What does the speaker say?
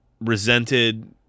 resented